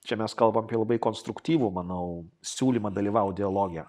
čia mes kalbam apie labai konstruktyvų manau siūlymą dalyvaut dialoge